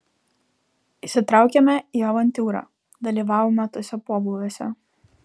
įsitraukėme į avantiūrą dalyvavome tuose pobūviuose